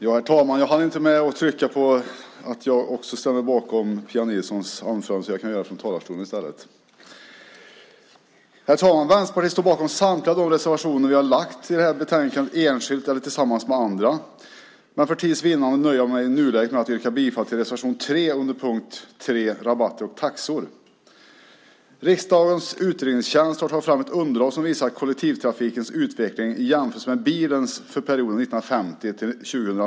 Herr talman! Jag hann inte trycka på knappen för att ange att också jag instämmer i Pia Nilssons anförande så jag instämmer i stället nu här från talarstolen. Herr talman! Vi i Vänsterpartiet står bakom samtliga reservationer som vi har i det här betänkandet enskilt eller tillsammans med andra. Men för tids vinnande nöjer jag mig i nuläget med att yrka bifall till reservation 3 under punkt 3 om rabatter och taxor. Riksdagens utredningstjänst har tagit fram ett underlag som visar kollektivtrafikens utveckling i jämförelse med bilens utveckling under perioden 1950-2005.